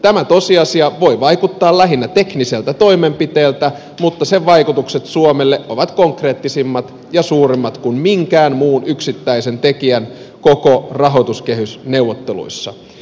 tämä tosiasia voi vaikuttaa lähinnä tekniseltä toimenpiteeltä mutta sen vaikutukset suomeen ovat konkreettisemmat ja suuremmat kuin minkään muun yksittäisen tekijän koko rahoituskehysneuvotteluissa